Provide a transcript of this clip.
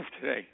today